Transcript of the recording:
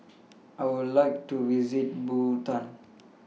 I Would like to visit Bhutan